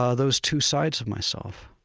ah those two sides of myself.